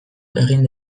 egin